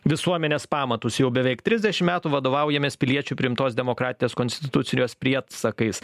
visuomenės pamatus jau beveik trisdešim metų vadovaujamės piliečių priimtos demokratinės konstitucijos prietsakais